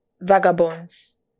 Vagabonds